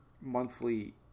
monthly